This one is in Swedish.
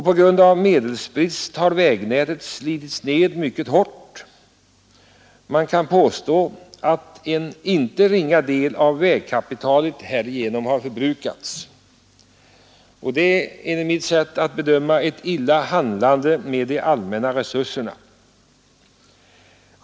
På grund av medelsbrist har vägnätet slitits ned mycket hårt. Man kan påstå att en inte ringa del av vägkapitalet härigenom har förbrukats. Enligt mitt sätt att bedöma är det att handla illa med de allmänna resurserna.